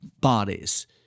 bodies